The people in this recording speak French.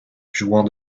jouant